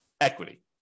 equity